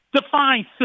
Define